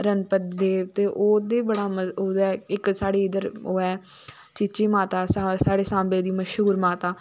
रणपत देव ते ओह्दे च बड़ा मता इक साढ़े इध्दर ओह् ऐ चीची माता सांबे दी मश्हूर माता